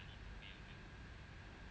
mm I